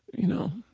you know?